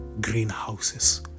greenhouses